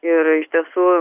ir iš tiesų